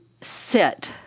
sit